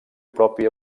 propi